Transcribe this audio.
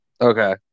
Okay